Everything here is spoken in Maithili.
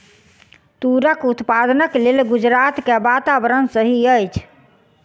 तूरक उत्पादनक लेल गुजरात के वातावरण सही अछि